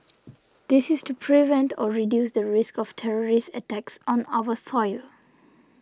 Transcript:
this is to prevent or reduce the risk of terrorist attacks on our soil